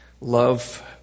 love